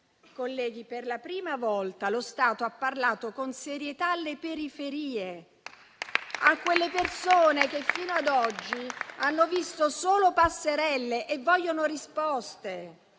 Colleghi, per la prima volta lo Stato ha parlato con serietà alle periferie, a quelle persone che fino ad oggi hanno visto solo passerelle e che vogliono risposte.